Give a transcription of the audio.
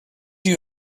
you